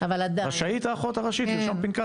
רשאית האחות הראשית לרשום פנקס.